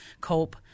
cope